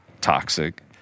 toxic